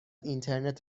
اینترنت